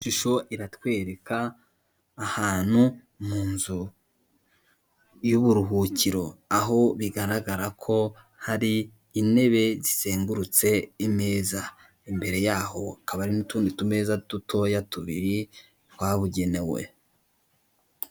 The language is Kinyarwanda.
Ishusho iratwereka ahantu mu nzu yuburuhukiro aho bigaragara ko hari intebe zizengurutse imeza, imbere yahokaba n'utundi tumeza dutoya tubiri twabugenewe.